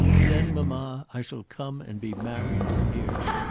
then mamma, i shall come and be married from here.